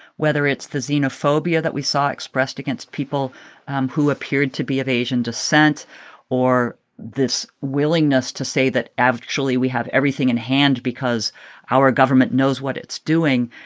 whether it's the xenophobia that we saw expressed against people um who appeared to be of asian descent or this willingness to say that actually we have everything in hand because our government knows what it's doing,